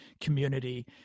community